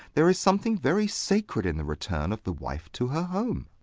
there is something very sacred in the return of the wife to her home.